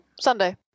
Sunday